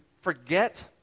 forget